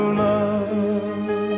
love